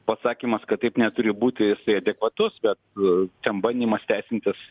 pasakymas kad taip neturi būti jisai adekvatus bet ten bandymas teisintis